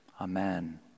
Amen